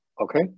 Okay